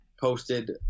posted